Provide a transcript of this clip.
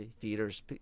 theaters